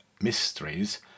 Mysteries